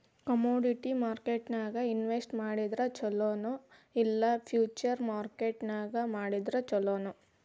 Commodity ಮಾರ್ಕೆಟ್ನ್ಯಾಗ್ invest ಮಾಡಿದ್ರ ಛೊಲೊ ನೊ ಇಲ್ಲಾ ಫ್ಯುಚರ್ ಮಾರ್ಕೆಟ್ ನ್ಯಾಗ್ ಮಾಡಿದ್ರ ಛಲೊನೊ?